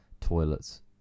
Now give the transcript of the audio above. toilets